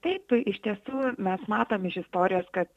taip tai iš tiesų mes matom iš istorijos kad